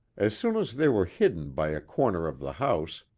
as soon as they were hidden by a corner of the house,